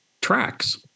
tracks